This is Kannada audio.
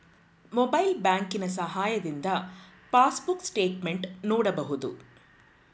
ಮೊಬೈಲ್ ಬ್ಯಾಂಕಿನ ಸಹಾಯದಿಂದ ಪಾಸ್ಬುಕ್ ಸ್ಟೇಟ್ಮೆಂಟ್ ನೋಡಬಹುದು